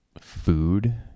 food